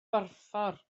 borffor